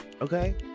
Okay